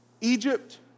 Egypt